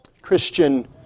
Christian